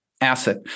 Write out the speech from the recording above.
asset